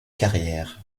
carrière